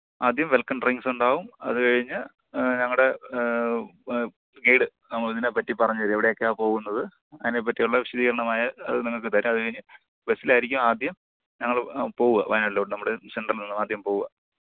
ആദ്യം welcome drinks ഉണ്ടാകും അതു കഴിഞ്ഞ് ഞങ്ങളുടെ ഗൈഡ് ഇതിനേപ്പറ്റി പറഞ്ഞു തരും എവിടെയൊക്കെയാണ് പോകുന്നത് അതിനേപ്പറ്റിയുള്ള വിശദീകരണമായ അത് നിങ്ങൾക്കു തരും അതു കഴിഞ്ഞ് ബസ്സിലായിരിക്കുമാദ്യം ഞങ്ങൾ പോകുക വയനാട്ടിലോട്ടു നമ്മുടെ സെൻ്ററിൽ നിന്ന് ആദ്യം പോകുക